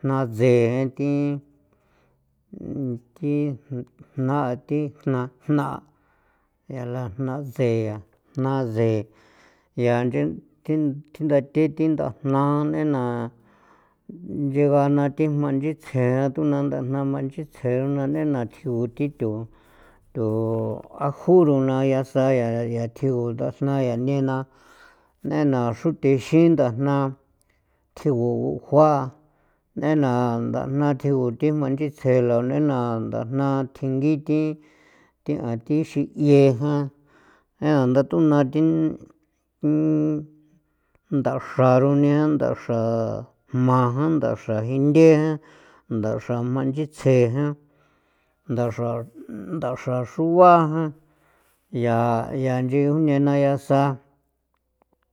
jna tsee thi thi jna thi jna jna' yala jna tsee jna tsee yaa nchi thjindathe thi ndajna nena nchiga na thi jma nchitsje naa ato ndajna jma nchitsje nei na tjigu thi tho tho a jorona yaa sayaa yaa tjigu ndajna yaa nena nena xruthexin ndajna tjigu jua nena ndajna tjigu thi jma nchitsjela nei na ndajna thjingi thi thia thi xi nyeejan yaa ndatunna thi thi ndaxra runea na ndaxra jma jan ndaxra jinthe ndaxra jma nchitsjejen ndaxra ndaxra xroajan yaa yaa inchi juine na yaa sa.